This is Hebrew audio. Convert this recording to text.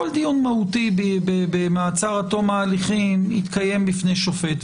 דיון מהותי במעצר עד תום ההליכים יתקיים בפני שופט,